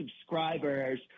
subscribers